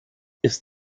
ist